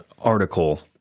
article